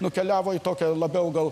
nukeliavo į tokią labiau gal